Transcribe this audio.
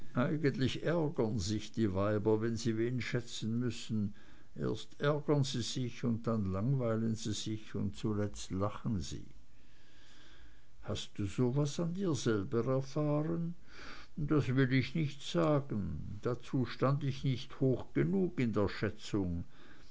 eigentlich ärgern sich die weiber wenn sie wen schätzen müssen erst ärgern sie sich und dann langweilen sie sich und zuletzt lachen sie hast du so was an dir selber erfahren das will ich nicht sagen dazu stand ich nicht hoch genug in der schätzung